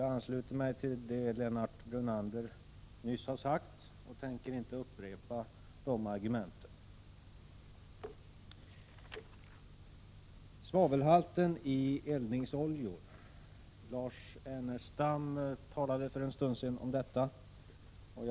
Jag ansluter mig till vad Lennart Brunander nyss sade och skall inte upprepa hans argument. Lars Ernestam talade för en stund sedan om svavelhalten i eldningsoljor.